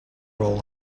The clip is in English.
roll